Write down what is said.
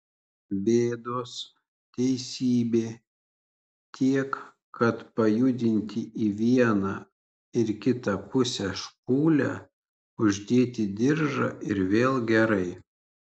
bėdos teisybė tiek kad pajudinti į vieną ir kitą pusę špūlę uždėti diržą ir vėl gerai